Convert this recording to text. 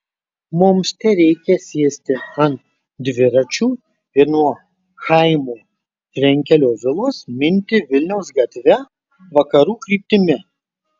mums tereikia sėsti ant dviračių ir nuo chaimo frenkelio vilos minti vilniaus gatve vakarų kryptimi